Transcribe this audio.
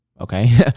okay